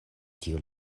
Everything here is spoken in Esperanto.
tiu